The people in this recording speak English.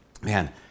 man